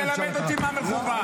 אל תלמד אותי מה מכובד.